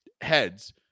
heads